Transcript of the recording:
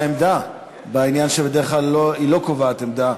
עמדה בעניין שבדרך כלל היא לא קובעת עמדה,